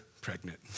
pregnant